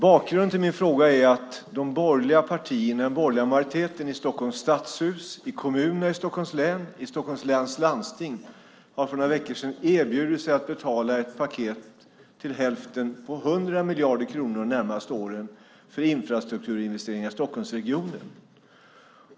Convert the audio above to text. Bakgrunden till min fråga är att de borgerliga partierna och den borgerliga majoriteten i Stockholms stadshus, i kommuner i Stockholms län och i Stockholms läns landsting för några veckor sedan erbjudit sig att betala till hälften ett paket på 100 miljarder kronor de närmaste åren för infrastrukturinvesteringar i Stockholmsregionen.